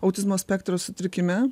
autizmo spektro sutrikime